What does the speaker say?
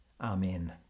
Amen